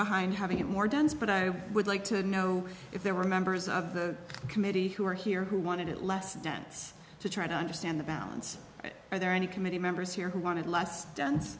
behind having it more dense but i would like to know if there were members of the committee who were here who wanted it less dense to try to understand the bounds are there any committee members here who wanted less dense